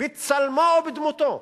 בצלמו ובדמותו.